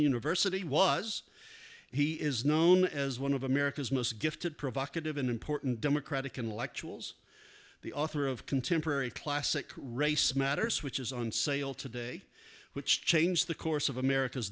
university was he is known as one of america's most gifted provocative an important democratic election the author of contemporary classic race matters which is on sale today which changed the course of america